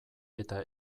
eta